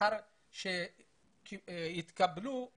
לאחר שהתקבלו,